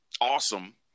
awesome